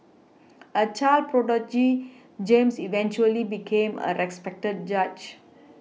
a child prodigy James eventually became a respected judge